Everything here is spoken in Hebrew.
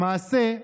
למעשה,